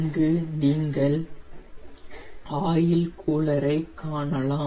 இங்கு நீங்கள் oil cooler ஐ காணலாம்